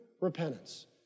repentance